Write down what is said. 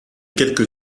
quelque